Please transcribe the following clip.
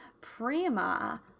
Prima